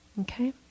Okay